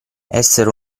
essere